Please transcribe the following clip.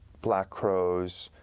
black crows,